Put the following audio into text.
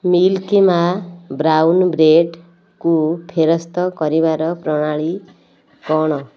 milk ମା brown bread କୁ ଫେରସ୍ତ କରିବାର ପ୍ରଣାଳୀ କ'ଣ